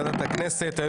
הכנסת.